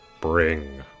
Bring